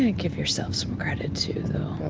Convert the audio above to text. and give yourself some credit, too, though.